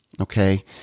okay